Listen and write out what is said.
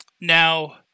Now